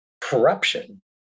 corruption